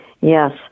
Yes